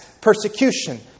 persecution